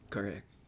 Correct